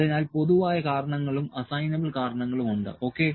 അതിനാൽ പൊതുവായ കാരണങ്ങളും അസൈനബിൾ കാരണങ്ങളും ഉണ്ട് ഓക്കേ